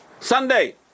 Sunday